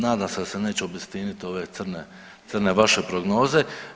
Nadam se da se neće obistiniti ove crne vaše prognoze.